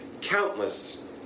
Countless